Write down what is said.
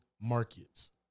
markets